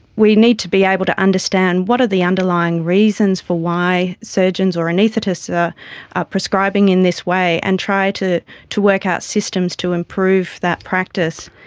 we need to be able to understand what are the underlying reasons for why surgeons or anaesthetists are ah ah prescribing in this way and try to to work out systems to improve that practice.